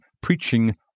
preaching